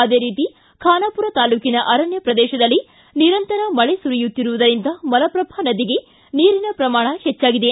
ಅದೇ ರೀತಿ ಖಾನಾಪುರ ತಾಲೂಕಿನ ಅರಣ್ಯ ಪ್ರದೇಶದಲ್ಲಿ ನಿರಂತರ ಮಳೆ ಸುರಿಯುತ್ತಿರುವುದರಿಂದ ಮಲಪ್ರಭಾ ನದಿಗೆ ನೀರಿನ ಪ್ರಮಾಣ ಹೆಚ್ಚಾಗಿದೆ